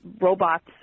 robots